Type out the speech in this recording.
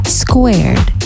squared